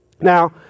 Now